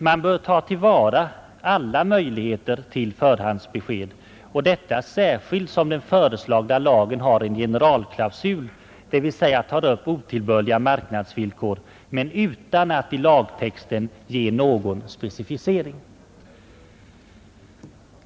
Man bör ta till vara alla möjligheter till förhandsbesked, särskilt som den föreslagna lagen har en generalklausul, dvs. tar upp otillbörliga marknadsvillkor men utan att i lagtexten ge någon specificering.